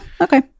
Okay